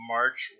March